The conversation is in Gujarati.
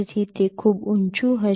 તેથી તે ખૂબ ઊચું હશે